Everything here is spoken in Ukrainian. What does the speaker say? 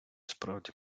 справді